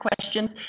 questions